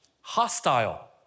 Hostile